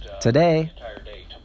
Today